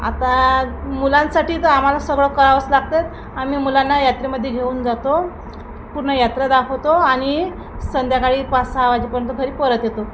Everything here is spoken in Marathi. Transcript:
आता मुलांसाठी तर आम्हाला सगळं करावंच लागतं आम्ही मुलांना यात्रेमध्ये घेऊन जातो पूर्ण यात्रा दाखवतो आणि संध्याकाळी पाच सहा वाजेपर्यंत घरी परत येतो